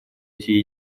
эти